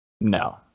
No